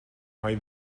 های